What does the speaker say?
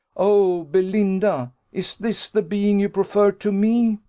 oh, belinda, is this the being you prefer to me?